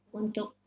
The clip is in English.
untuk